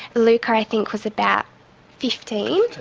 lukah, i think, was about fifteen,